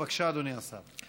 בבקשה, אדוני השר.